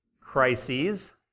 crises